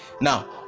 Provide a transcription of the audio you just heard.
Now